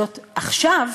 זאת עכשיו